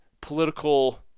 political